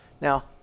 Now